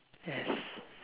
yes